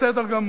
בסדר גמור,